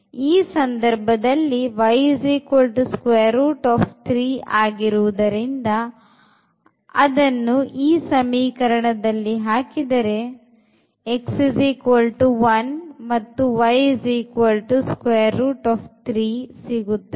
ಈ ಸಂದರ್ಭದಲ್ಲಿ y x ಆಗಿರುವುದರಿಂದ ಅದನ್ನು ಈ ಸಮೀಕರಣದಲ್ಲಿ ಹಾಕಿದರೆ x 1 y ಸಿಗುತ್ತದೆ